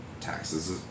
Taxes